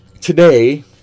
today